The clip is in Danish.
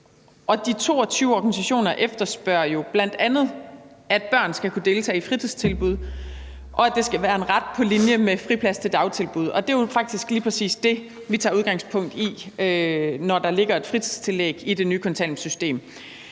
De 22 organisationer efterspørger jo bl.a., at børn skal kunne deltage i fritidstilbud, og at det skal være en ret på linje med friplads til dagtilbud. Det er jo faktisk lige præcis det, vi tager udgangspunkt i, når der ligger et fritidstillæg i det nye kontanthjælpssystem.